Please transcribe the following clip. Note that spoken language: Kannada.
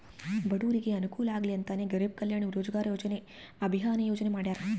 ಬಡೂರಿಗೆ ಅನುಕೂಲ ಆಗ್ಲಿ ಅಂತನೇ ಗರೀಬ್ ಕಲ್ಯಾಣ್ ರೋಜಗಾರ್ ಅಭಿಯನ್ ಯೋಜನೆ ಮಾಡಾರ